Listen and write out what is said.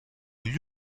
gli